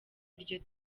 iryo